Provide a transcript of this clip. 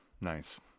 Nice